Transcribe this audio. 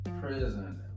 prison